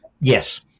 Yes